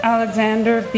Alexander